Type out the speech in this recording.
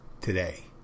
today